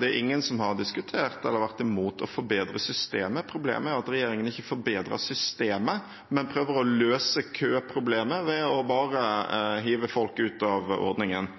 Det er ingen som har diskutert eller vært imot å forbedre systemet. Problemet er at regjeringen ikke forbedrer systemet, men prøver å løse køproblemet ved bare å hive folk ut av ordningen.